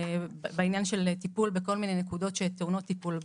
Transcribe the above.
של טיפול בכל מיני נקודות שטעונות טיפול.